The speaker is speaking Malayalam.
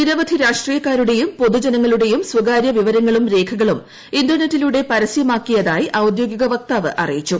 നിരവധി രാഷ്ട്രീയക്കാരുടെയും പൊതുജനങ്ങളുടെയും സ്വകാര്യ വിവരങ്ങളും രേഖകളും ഇന്റർ നെറ്റിലൂടെ പരസ്യമാക്കിയതായി ഔദ്യോഗിക വക്താവ് അറിയിച്ചു